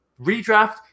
redraft